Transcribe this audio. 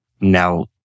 now